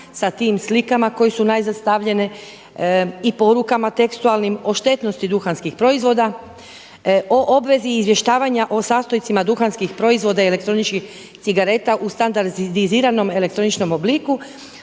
sa tim slikama koje su najzad stavljene i porukama tekstualnim o štetnosti duhanskih proizvoda, o obvezi izvještavanja o sastojcima duhanskih proizvoda i elektroničkih cigareta u standardiziranom elektroničkom obliku,